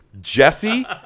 Jesse